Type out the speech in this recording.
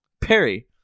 Perry